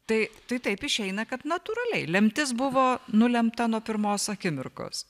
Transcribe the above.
tai tai taip išeina kad natūraliai lemtis buvo nulemta nuo pirmos akimirkos